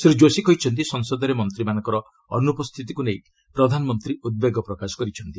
ଶ୍ରୀ ଯୋଶୀ କହିଛନ୍ତି ସଂସଦରେ ମନ୍ତ୍ରୀମାନଙ୍କର ଅନୁପସ୍ଥିତିକୁ ନେଇ ପ୍ରଧାନମନ୍ତ୍ରୀ ଉଦ୍ବେଗ ପ୍ରକାଶ କରିଛନ୍ତି